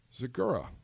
Zagura